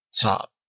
top